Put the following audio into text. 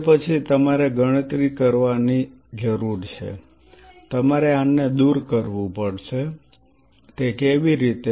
તે પછી તમારે ગણતરી કરવાની જરૂર છે તમારે આને દૂર કરવું પડશે તે કેવી રીતે